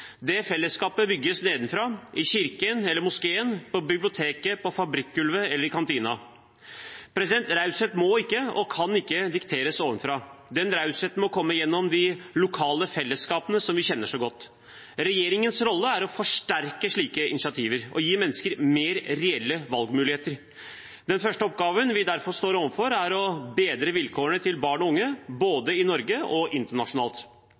Det fellesskapet bygges nedenfra, i kirken eller moskeen, på biblioteket, på fabrikkgulvet eller i kantina. Raushet må ikke og kan ikke dikteres ovenfra. Den rausheten må komme gjennom de lokale fellesskapene som vi kjenner så godt. Regjeringens rolle er å forsterke slike initiativer og gi mennesker mer reelle valgmuligheter. Den første oppgaven vi står overfor, er derfor å bedre vilkårene til barn og unge både i Norge og internasjonalt.